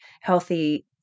healthy